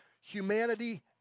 humanity